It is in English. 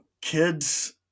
Kids